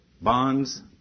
bonds